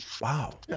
Wow